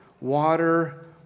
water